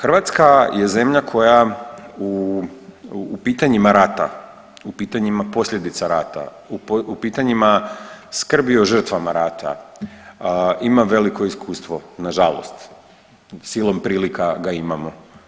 Hrvatska je zemlja koja u, u pitanjima rata, u pitanjima posljedica rata, u pitanjima skrbi o žrtvama rata ima veliko iskustvo, nažalost, silom prilika ga imamo.